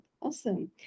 Awesome